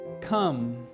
Come